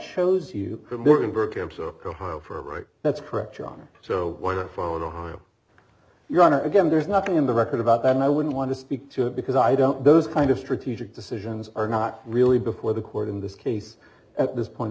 shows you go for it that's correct your honor so your honor again there's nothing in the record about that and i wouldn't want to speak to it because i don't those kind of strategic decisions are not really before the court in this case at this point